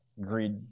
Greed